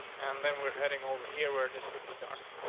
and then we're heading over here where this would be doctor.